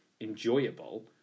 enjoyable